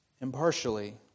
impartially